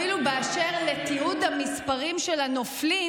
אפילו באשר לתיעוד המספרים של הנופלים,